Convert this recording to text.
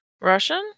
Russian